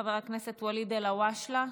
חבר הכנסת ואליד אלהואשלה.